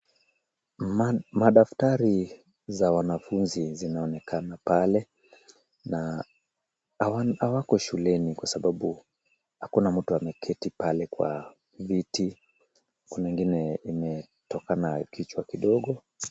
Madaftari za wanafunzi zinaonekana pale na hawako shuleni kwa sababu hakuna mtu ameketi pale kwa viti. Kuna ingine imetokana kichwa kidogo.